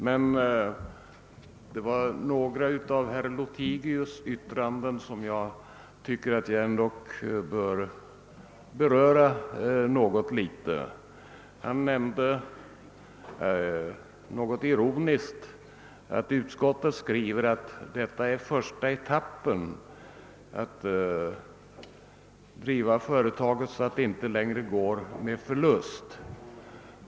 Jag tycker emellertid ändå att jag bör beröra några av herr Lothigius” uttalanden. ' Herr Lothigius nämnde något ironiskt att utskottet skriver att den första etappen är att driva företaget så, att det inte längre uppvisar förlust.